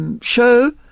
show